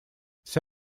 вся